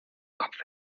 kopf